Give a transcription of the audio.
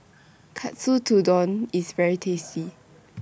Katsu Tendon IS very tasty